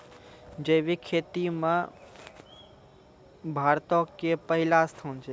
जैविक खेती मे भारतो के पहिला स्थान छै